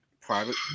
private